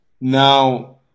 Now